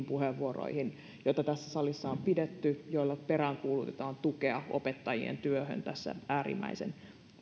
puheenvuoroihin joita tässä salissa on pidetty joissa peräänkuulutetaan tukea opettajien työhön tässä äärimmäisen